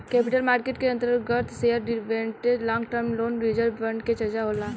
capital market के अंतर्गत share debenture long term loan reserve fund के चर्चा होला